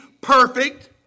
perfect